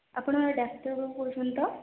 ଆପଣ ଡାକ୍ତର ବାବୁ କହୁଛନ୍ତି ତ